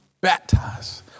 baptized